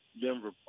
Denver